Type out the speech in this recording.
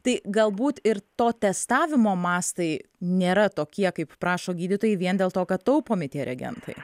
tai galbūt ir to testavimo mastai nėra tokie kaip prašo gydytojai vien dėl to kad taupomi tie reagentai